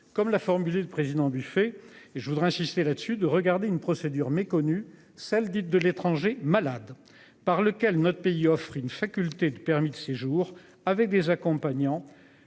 comme l'a formulé le président buffet et je voudrais insister là-dessus de regarder une procédure méconnue celle dite de l'étranger malade par lequel notre pays offre une faculté de permis de séjour avec des accompagnants